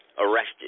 arrested